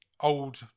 old